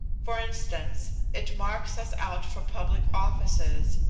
for instance, it marks us out for public offices,